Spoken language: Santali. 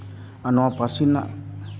ᱟᱨ ᱱᱚᱣᱟ ᱯᱟᱹᱨᱥᱤ ᱨᱮᱱᱟᱜ